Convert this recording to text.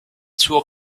suo